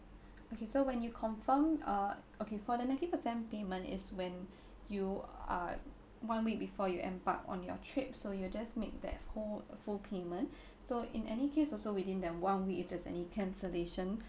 okay so when you confirm uh okay for the ninety percent payment is when you are one week before you embark on your trip so you'll just make that whole uh full payment so in any case also within that one week if there's any cancellation